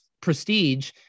prestige